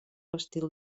estil